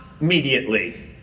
immediately